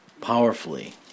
powerfully